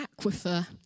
aquifer